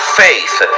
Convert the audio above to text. faith